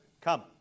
come